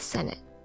Senate